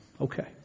okay